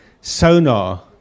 Sonar